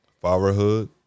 fatherhood